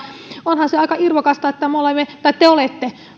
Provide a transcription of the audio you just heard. onhan se aika irvokasta että te hallitus olette